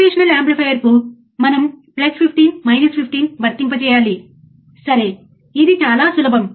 function జెనరేటర్ని వాడండి ఇప్పుడు ఫంక్షన్ జెనరేటర్ ఎలా ఉపయోగించబడుతుందో చూశాము సరియైనది